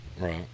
Right